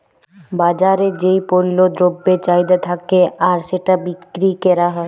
বাজারে যেই পল্য দ্রব্যের চাহিদা থাক্যে আর সেটা বিক্রি ক্যরা হ্যয়